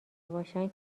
باشن